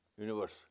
universe